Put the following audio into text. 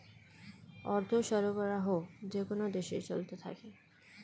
অর্থ সরবরাহ যেকোন দেশে চলতে থাকে